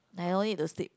I no need to sleep